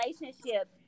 relationship